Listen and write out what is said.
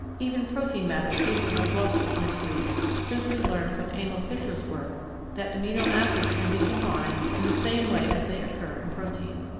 even protein matter seems to have lost its mysteries since we learned from emil fischer's work that amino acids can be combined in the same way as they occur in protein.